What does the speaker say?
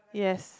yes